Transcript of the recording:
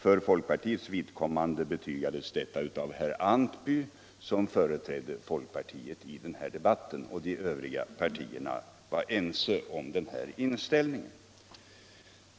För folkpartiets vidkommande betygades detta av herr Antby, och de övriga partierna hade samma inställning.